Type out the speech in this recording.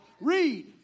Read